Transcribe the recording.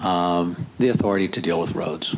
the authority to deal with roads